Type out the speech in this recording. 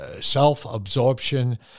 self-absorption